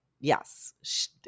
yes